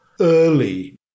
early